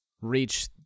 reach